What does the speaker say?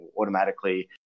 automatically